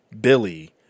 Billy